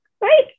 right